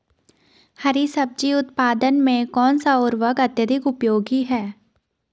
हरी सब्जी उत्पादन में कौन सा उर्वरक अत्यधिक उपयोगी है?